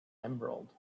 emerald